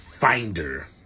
finder